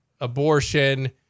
abortion